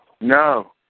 No